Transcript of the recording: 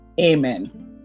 Amen